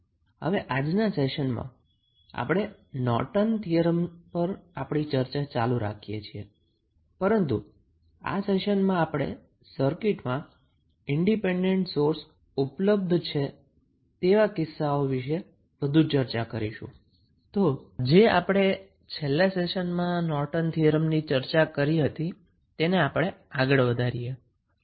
હવે આજના ક્લાસમાં આપણે નોર્ટનના થીયરમ પર આપણી ચર્ચા ચાલુ રાખીએ છીએ પરંતુ આ કલાસમાં આપણે સર્કિટમાં ઈન્ડીપેન્ડન્ટ સોંર્સ ઉપલબ્ધ છે તેવા કિસ્સાઓ વિશે વધુ ચર્ચા કરીશું તો જે આપણે છેલ્લા ક્લાસમાં નોર્ટનના થીયરમની ચર્ચા કરી હતી તેને જોઇએ